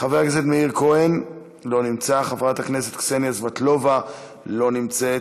חבר הכנסת זוהיר בהלול, לא נמצא,